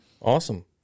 Awesome